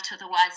otherwise